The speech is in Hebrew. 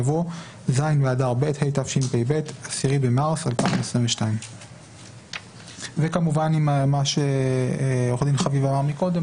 יבוא ז' באדר ב' התשפ"ב (10 במרץ 2022)". וכמובן עם מה שעורך הדין חביב אמר מקודם,